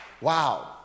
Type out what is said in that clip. Wow